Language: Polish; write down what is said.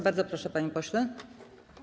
Bardzo proszę, panie pośle.